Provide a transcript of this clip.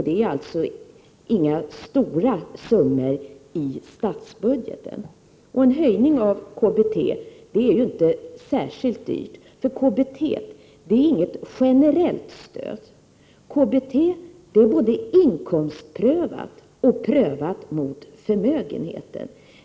Det är inte några stora summor i statsbudgeten. En höjning av KBT är inte särskilt dyr, därför att KBT inte är ett generellt stöd. KBT är både inkomstprövat och prövat mot förmögenheten.